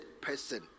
person